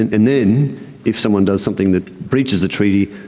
and and then if someone does something that breaches the treaty,